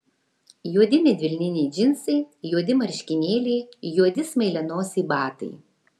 juodi medvilniniai džinsai juodi marškinėliai juodi smailianosiai batai